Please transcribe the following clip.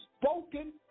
spoken